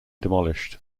demolished